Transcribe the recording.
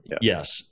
Yes